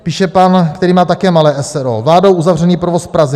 Píše pán, který má také malé eseróčko, vládou uzavřený provoz v Praze.